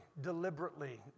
deliberately